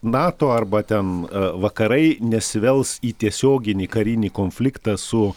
nato arba ten vakarai nesivels į tiesioginį karinį konfliktą su